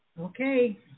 Okay